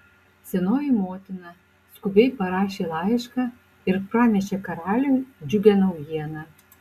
senoji motina skubiai parašė laišką ir pranešė karaliui džiugią naujieną